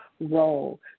role